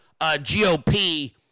GOP